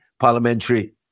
parliamentary